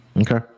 Okay